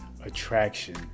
attraction